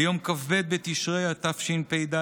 ביום כ"ב בתשרי התשפ"ד,